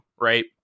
Right